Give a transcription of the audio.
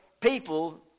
people